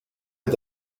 est